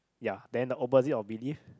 ya then the opposite of believe